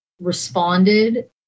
responded